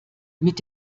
mit